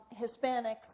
Hispanics